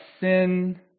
sin